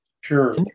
Sure